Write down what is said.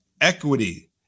equity